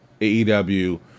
AEW